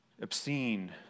obscene